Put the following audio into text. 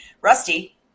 Rusty